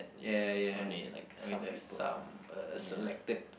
ya ya I mean there's some uh selected